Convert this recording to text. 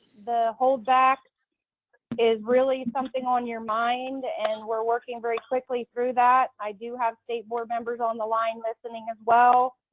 the holdback is really something on your mind and we're working very quickly through that. i do have state board members on the line, listening as well.